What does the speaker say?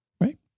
right